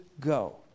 go